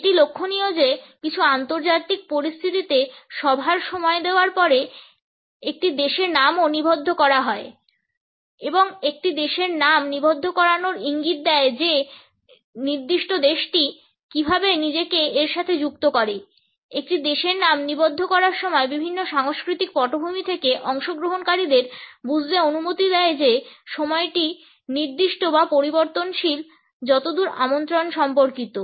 এটি লক্ষণীয় যে কিছু আন্তর্জাতিক পরিস্থিতিতে সভার সময় দেওয়ার পরে একটি দেশের নামও নিবদ্ধ করা হয় এবং একটি দেশের নাম নিবদ্ধ করানো ইঙ্গিত দেয় যে যে নির্দিষ্ট দেশটি কীভাবে নিজেকে এর সাথে যুক্ত করে একটি দেশের নাম নিবদ্ধ করার সময় বিভিন্ন সাংস্কৃতিক পটভূমি থেকে অংশগ্রহণকারীদের বুঝতে অনুমতি দেয় যে সময়টি নির্দিষ্ট বা পরিবর্তনশীল যতদূর আমন্ত্রণ সম্পর্কিত